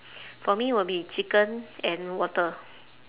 for me will be chicken and water